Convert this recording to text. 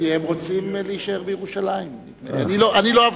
זה אנדרסטייטמנט, אדוני היושב-ראש.